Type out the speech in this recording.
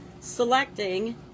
selecting